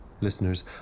Listeners